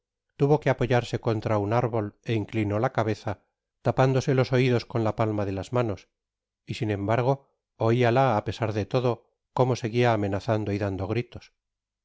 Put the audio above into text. tuvo que apoyarse contra un árbol é inclinó la cabeza tapándose los oidos con la palma de las manos y sin embargo oiala á pesar de todo como seguia amenazando y dando gritos de